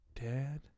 dad